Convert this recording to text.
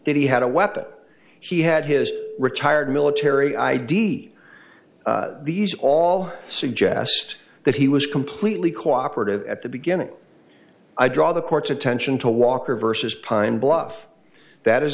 that he had a weapon he had his retired military id these all suggest that he was completely cooperative at the beginning i draw the court's attention to walker versus pine bluff that